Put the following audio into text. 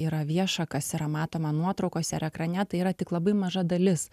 yra vieša kas yra matoma nuotraukose ar ekrane tai yra tik labai maža dalis